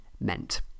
meant